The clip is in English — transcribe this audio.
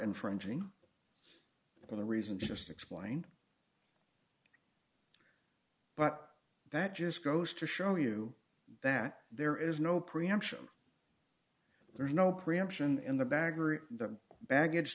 infringing upon the reason just explained but that just goes to show you that there is no preemption there's no preemption in the baghran the baggage